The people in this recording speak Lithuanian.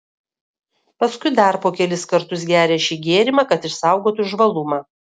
paskui dar po kelis kartus gerią šį gėrimą kad išsaugotų žvalumą